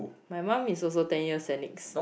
my mom is also ten years saint nick's